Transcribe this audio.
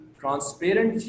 transparent